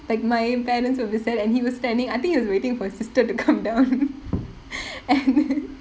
like my parents of~ and he was standing I think he was waiting for his sister to come down and